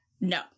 no